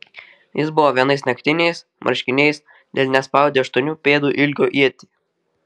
jis buvo vienais naktiniais marškiniais delne spaudė aštuonių pėdų ilgio ietį